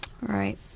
Right